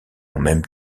même